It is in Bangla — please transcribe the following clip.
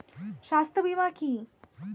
স্বাস্থ্য বীমা কি?